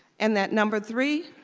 and that number three,